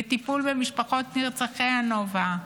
לטיפול במשפחות נרצחי הנובה,